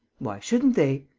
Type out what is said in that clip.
why shouldn't they?